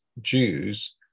Jews